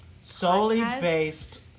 Solely-based